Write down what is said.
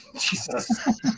Jesus